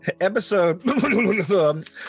episode